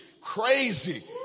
crazy